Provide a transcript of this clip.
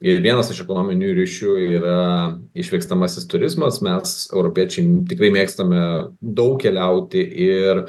ir vienas iš ekonominių ryšių yra išvykstamasis turizmas mes europiečiai tikrai mėgstame daug keliauti ir